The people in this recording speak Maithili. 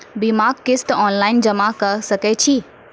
बीमाक किस्त ऑनलाइन जमा कॅ सकै छी?